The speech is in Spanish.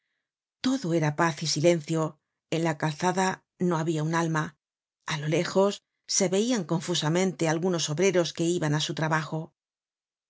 todo era paz y silencio en la calzada no habia un alma á lo lejos se veian confusamente algunos obreros que iban á su trabajo